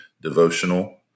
devotional